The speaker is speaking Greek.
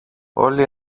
όλοι